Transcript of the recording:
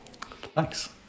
Thanks